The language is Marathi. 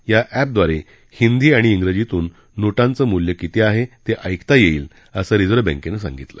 या अॅपद्वारे हिंदी आणि इंग्रजीतून नोटांचं मूल्य किती आहे ते ऐकता येईल असं रिझर्व बँकेनं सांगितलं